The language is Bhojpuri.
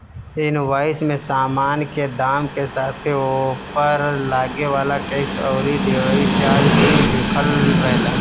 इनवॉइस में सामान के दाम के साथे ओपर लागे वाला टेक्स अउरी डिलीवरी चार्ज भी लिखल रहेला